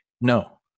no